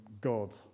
God